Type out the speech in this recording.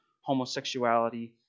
homosexuality